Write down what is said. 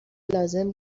لازم